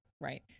Right